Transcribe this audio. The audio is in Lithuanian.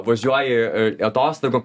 važiuoji atostogų